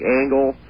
angle